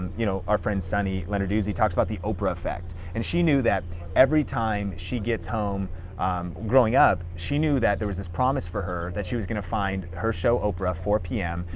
you know our friend cindy lennar dewsey talks about the oprah effect. and she knew that every time she gets home growing up, she knew that there was this promise for her, that she was gonna find her show, oprah, four zero p m,